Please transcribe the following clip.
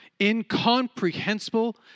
incomprehensible